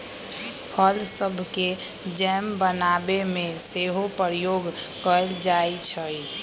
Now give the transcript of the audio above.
फल सभके जैम बनाबे में सेहो प्रयोग कएल जाइ छइ